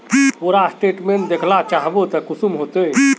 पूरा स्टेटमेंट देखला चाहबे तो कुंसम होते?